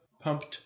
pumped